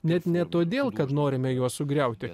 net ne todėl kad norime juos sugriauti